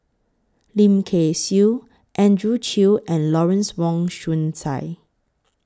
Lim Kay Siu Andrew Chew and Lawrence Wong Shyun Tsai